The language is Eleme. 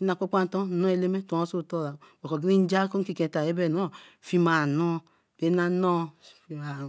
Nna kpakpa nton nnoo Eleme so tora nja nkikenta fima noo. ra na nooi tora.